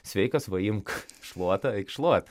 sveikas va imk šluotą eik šluot